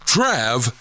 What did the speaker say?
Trav